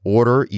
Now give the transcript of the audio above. Order